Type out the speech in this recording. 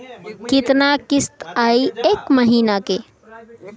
कितना किस्त आई एक महीना के?